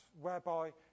whereby